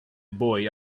boy